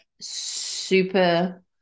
super